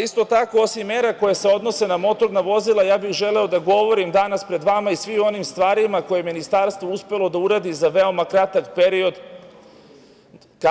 Isto tako osim mera koje se odnose na motorna vozila, želeo bih da govorim danas pred vama i o svim onim stvarima koje je ministarstvo uspelo da uradi za veoma kratak period,